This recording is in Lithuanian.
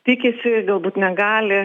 tikisi galbūt negali